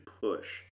push